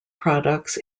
products